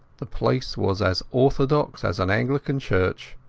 the place was as orthodox as an anglican church.